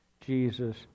Jesus